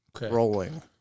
Rolling